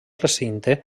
recinte